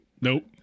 Nope